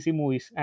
movies